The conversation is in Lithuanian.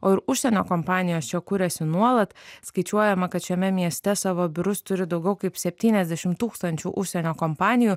o ir užsienio kompanijos čia kuriasi nuolat skaičiuojama kad šiame mieste savo biurus turi daugiau kaip septyniasdešim tūkstančių užsienio kompanijų